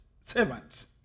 servants